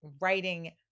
writing